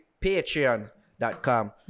Patreon.com